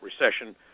recession